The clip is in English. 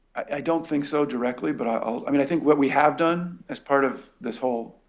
i don't think so directly, but i i mean i think what we have done as part of this whole